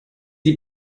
die